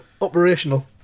operational